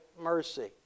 mercy